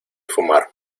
fumar